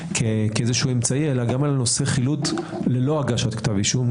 כאיזשהו אמצעי אלא גם על נושא החילוט ללא הגשת כתב אישום,